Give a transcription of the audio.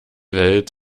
welt